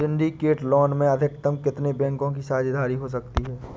Syndicate loan में अधिकतम कितने बैंकों की साझेदारी हो सकती है?